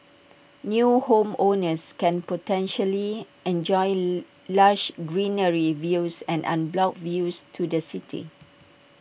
new homeowners can potentially enjoy lush greenery views and unblocked views to the city